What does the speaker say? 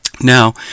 Now